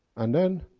and then,